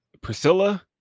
Priscilla